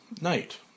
Night